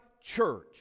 church